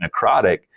necrotic